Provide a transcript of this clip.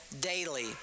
Daily